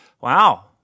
Wow